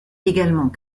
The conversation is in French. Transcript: également